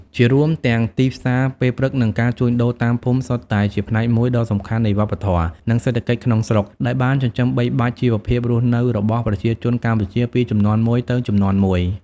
ជារួម ទាំងទីផ្សារពេលព្រឹក និងការជួញដូរតាមភូមិសុទ្ធតែជាផ្នែកមួយដ៏សំខាន់នៃវប្បធម៌ និងសេដ្ឋកិច្ចក្នុងស្រុក ដែលបានចិញ្ចឹមបីបាច់ជីវភាពរស់នៅរបស់ប្រជាជនកម្ពុជាពីជំនាន់មួយទៅជំនាន់មួយ។